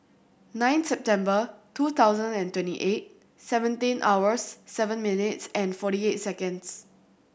nine September two thousand and twenty eight seventeen hours seven minutes and forty eight seconds